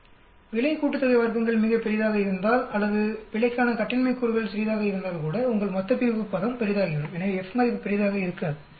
வர்க்கங்களின் பிழை கூட்டுத்தொகை மிகப் பெரியதாக இருந்தால் அல்லது பிழைக்கான கட்டின்மை கூறுகள் சிறியதாக இருந்தால்கூட உங்கள் மொத்தப்பிரிவு பதம் பெரிதாகிவிடும் எனவே F மதிப்பு பெரியதாக இருக்காது